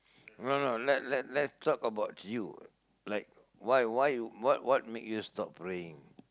no no let let let's talk about you like why why what what made you stop praying